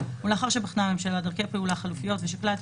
ולאחר שבחנה הממשלה דרכי פעולה חלופיות ושקלה את